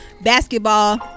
basketball